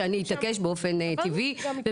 ואני אתעקש באופן טבעי,